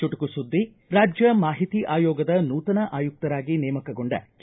ಚುಟುಕು ಸುದ್ದಿ ರಾಜ್ಯ ಮಾಹಿತಿ ಆಯೋಗದ ನೂತನ ಆಯುಕ್ತರಾಗಿ ನೇಮಕಗೊಂಡ ಕೆ